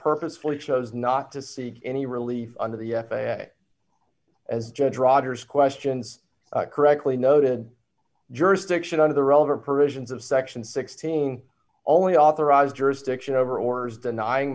purposely chose not to see any relief under the as judge rogers questions correctly noted jurisdiction under the relevant provisions of section sixteen only authorized jurisdiction over orders denying